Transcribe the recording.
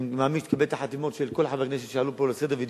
אני מאמין שתקבל את החתימות של כל חברי הכנסת שעלו פה ודיברו,